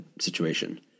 situation